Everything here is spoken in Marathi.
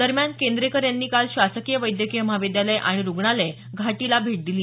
दरम्यान केंद्रेकर यांनी काल शासकीय वैद्यकीय महाविद्यालय आणि रुग्णालय घाटीला भेट दिली